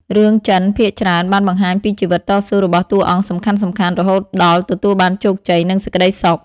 រឿងចិនភាគច្រើនបានបង្ហាញពីជីវិតតស៊ូរបស់តួអង្គសំខាន់ៗរហូតដល់ទទួលបានជោគជ័យនិងសេចក្ដីសុខ។